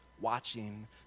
watching